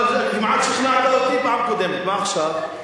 אבל כמעט שכנעת אותי בפעם הקודמת, מה עכשיו?